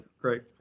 great